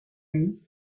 mig